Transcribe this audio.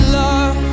love